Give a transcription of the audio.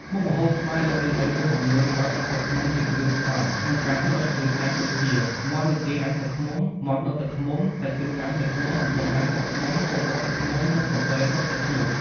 មុខម្ហូបខ្មែរល្បីៗមួយចំនួនប្រើប្រាស់ទឹកឃ្មុំជាគ្រឿងផ្សំក្នុងការដុតឬអាំងដូចជា មាន់ឬទាអាំងទឹកឃ្មុំ មាន់ដុតទឹកឃ្មុំ សាច់ជ្រូកអាំងទឹកឃ្មុំ អន្ទង់អាំងទឹកឃ្មុំ គោដុតទឹកឃ្មុំ និងពពែដុតទឹកឃ្មុំ។